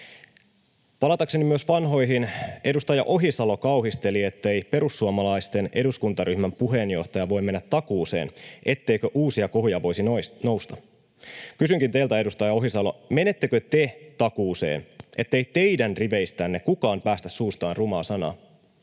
palatakseni vanhoihin: Edustaja Ohisalo kauhisteli, ettei perussuomalaisten eduskuntaryhmän puheenjohtaja voi mennä takuuseen, etteikö uusia kohuja voisi nousta. Kysynkin teiltä, edustaja Ohisalo: Menettekö te takuuseen, ettei teidän riveistänne kukaan päästä suustaan rumaa sanaa?